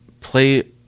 play